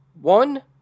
one